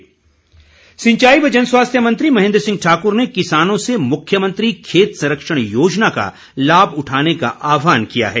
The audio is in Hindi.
महेन्द्र सिंह सिंचाई व जन स्वास्थ्य मंत्री महेन्द्र सिंह ठाकुर ने किसानों से मुख्यमंत्री खेत संरक्षण योजना का लाभ उठाने का आहवान किया है